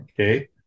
Okay